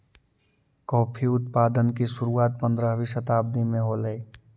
coffee उत्पादन की शुरुआत पंद्रहवी शताब्दी में होलई